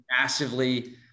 massively